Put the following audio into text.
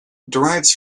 derives